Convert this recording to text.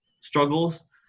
struggles